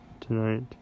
tonight